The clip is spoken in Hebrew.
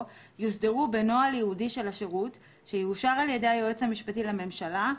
יוסדרו בנוהל ייעודי של השירות שיאושר על-ידי היועץ המשפטי לממשלה,